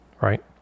right